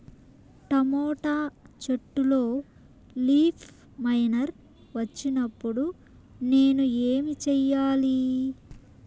Tomato చెట్టులో leaf miner వచ్చినప్పుడు నేను ఏమి చెయ్యాలి?